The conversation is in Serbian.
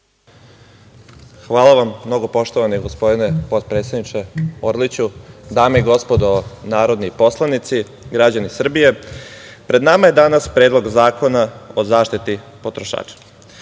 Hvala vam mnogo, poštovani gospodine potpredsedniče Orliću. Dame i gospodo narodni poslanici, građani Srbije, pred nama je danas Predlog zakona o zaštiti potrošača.